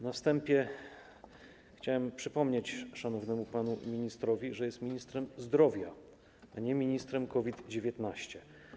Na wstępie chciałem przypomnieć szanownemu panu ministrowi, że jest ministrem zdrowia, a nie ministrem COVID-19.